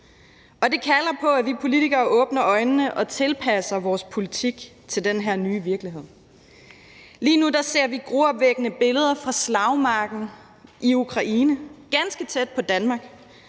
det kalder på, at vi politikere åbner øjnene og tilpasser vores politik til den her nye virkelighed. Lige nu ser vi gruopvækkende billeder fra slagmarken i Ukraine, ganske tæt på Danmark,